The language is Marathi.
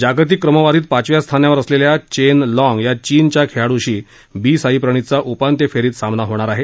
जागतिक क्रमवारीत पाचव्या स्थानावर असलेल्या चेन लॉग या चीनच्या खेळाडूशी बी साई प्रणीतचा उपांत्य फेरीत सामना होईल